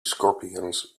scorpions